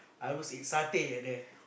I was ate satay at there